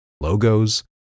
logos